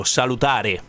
salutare